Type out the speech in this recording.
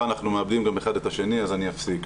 אנחנו מאבדים גם אחד את השני אז אני אפסיק,